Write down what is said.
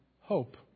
hope